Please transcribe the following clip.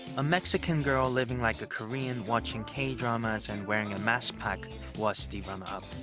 a mexican girl living like a korean, watching k-dramas and wearing a maskpack was the runner-up.